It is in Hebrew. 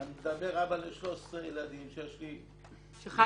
אני מדבר כאבא ל-13 ילדים שחי מנכות,